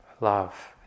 love